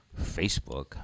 Facebook